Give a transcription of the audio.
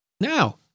Now